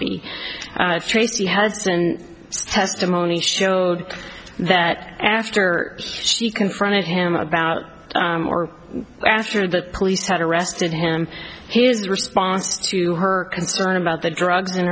mosty tracy has and testimony showed that after she confronted him about or after the police had arrested him his response to her concern about the drugs in